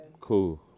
Cool